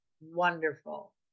wonderful